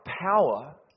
power